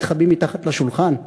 מתחבאים מתחת לשולחן,